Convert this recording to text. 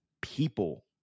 people